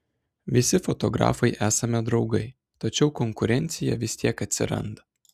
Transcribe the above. visi fotografai esame draugai tačiau konkurencija vis tiek atsiranda